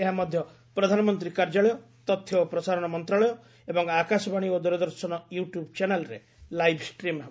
ଏହା ମଧ୍ୟ ପ୍ରଧାନମନ୍ତ୍ରୀ କାର୍ଯ୍ୟାଳୟ ତଥ୍ୟ ଓ ପ୍ରସାରଣ ମନ୍ତ୍ରଣାଳୟ ଏବଂ ଆକାଶବାଣୀ ଓ ଦୂରଦର୍ଶନ ୟୁଟ୍ୟୁବ୍ ଚ୍ୟାନେଲ୍ରେ ଲାଇଭ୍ ଷ୍ଟ୍ରିମ୍ ହେବ